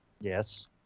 yes